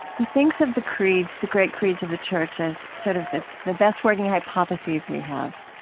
he thinks of the creeds the great creeds of the church as sort of the the best working hypothesis we have.